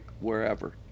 wherever